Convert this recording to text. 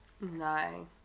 No